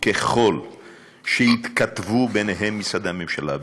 וככל שיתכתבו ביניהם משרדי הממשלה,